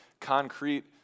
concrete